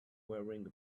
wearing